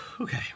okay